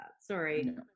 sorry